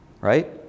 right